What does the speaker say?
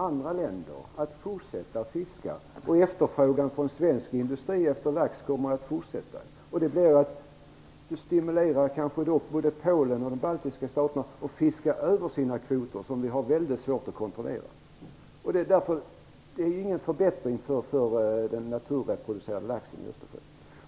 Andra länder kommer att fortsätta att fiska, och den svenska industrin kommer att fortsätta att efterfråga lax. Det stimulerar kanske både Polen och de baltiska staterna till att fiska utöver sina kvoter, något som vi har väldigt svårt att kontrollera. Det innebär inte någon förbättring för den naturreproducerande laxen i Östersjön.